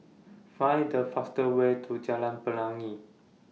Find The fastest Way to Jalan Pelangi